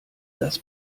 das